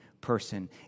Person